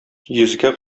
йөзгә